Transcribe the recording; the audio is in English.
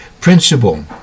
Principle